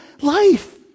life